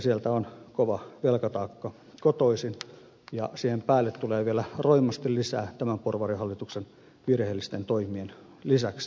sieltä on kova velkataakka kotoisin ja siihen päälle tulee vielä roimasti lisää tämän porvarihallituksen virheellisten toimien lisäksi